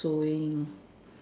sewing